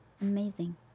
Amazing